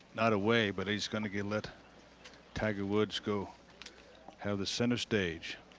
not away. but he's gonna get let tiger woods go have the centre stage